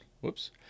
whoops